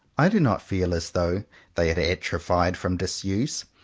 i do not feel as though they had atrophied from disuse.